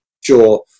sure